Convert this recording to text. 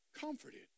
comforted